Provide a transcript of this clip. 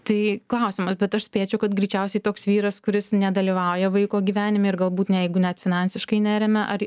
tai klausimas bet aš spėčiau kad greičiausiai toks vyras kuris nedalyvauja vaiko gyvenime ir galbūt ne jeigu net finansiškai neremia ar